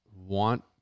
want